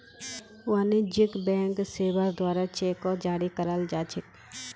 वाणिज्यिक बैंक सेवार द्वारे चेको जारी कराल जा छेक